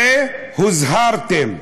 הרי הוזהרתם,